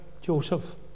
Joseph